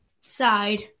Side